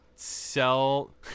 Sell